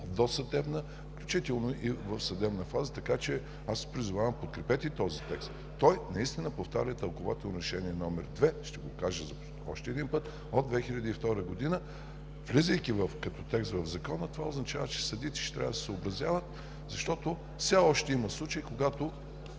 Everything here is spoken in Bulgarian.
досъдебна, включително и в съдебна фаза, така че аз призовавам: подкрепете този текст. Той наистина повтаря тълкувателно Решение № 2. Ще го кажа още веднъж: от 2002 г., влизайки като текст в Закона, това означава, че съдиите ще трябва да се съобразяват, защото все още има случаи, когато